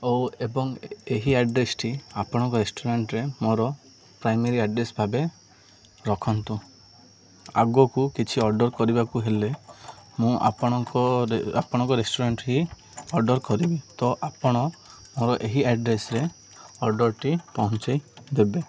ଓ ଏବଂ ଏହି ଆଡ଼୍ରେସ୍ଟି ଆପଣଙ୍କ ରେଷ୍ଟୁରାଣ୍ଟରେ ମୋର ପ୍ରାଇମେରୀ ଆଡ଼୍ରେସ୍ ଭାବେ ରଖନ୍ତୁ ଆଗକୁ କିଛି ଅର୍ଡ଼ର୍ କରିବାକୁ ହେଲେ ମୁଁ ଆପଣଙ୍କ ରେଷ୍ଟୁରାଣ୍ଟ ହିଁ ଅର୍ଡ଼ର୍ କରିବି ତ ଆପଣ ମୋର ଏହି ଆଡ଼୍ରେସ୍ରେ ଅର୍ଡ଼ରଟି ପହଞ୍ଚାଇ ଦେବେ